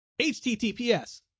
HTTPS